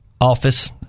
office